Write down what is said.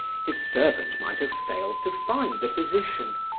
his servant might have failed to find the physician.